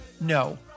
no